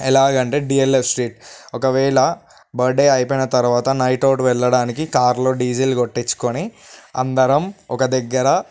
ఎలాగంటే DLF street ఒకవేళ birthday అయిపోయిన తర్వాత నైట్ అవుట్ వెళ్ళడానికి కారులో డీజిల్ కొట్టించుకుని అందరం ఒక దగ్గర